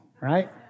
right